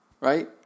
right